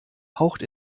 haucht